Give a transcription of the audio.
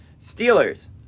Steelers